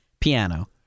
piano